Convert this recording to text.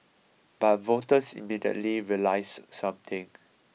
but voters immediately realised something